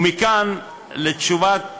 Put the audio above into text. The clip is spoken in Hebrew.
ומכאן לתשובת